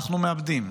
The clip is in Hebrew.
אנחנו מאבדים.